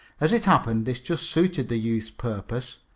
as it happened, this just suited the youth's purpose,